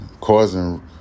causing